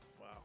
Wow